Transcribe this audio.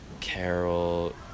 Carol